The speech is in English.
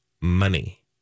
money